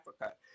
Africa